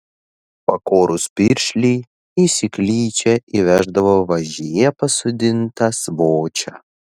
pakorus piršlį į seklyčią įveždavo važyje pasodintą svočią